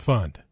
Fund